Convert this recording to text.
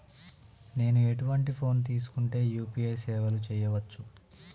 నేను ఎటువంటి ఫోన్ తీసుకుంటే యూ.పీ.ఐ సేవలు చేయవచ్చు?